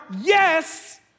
yes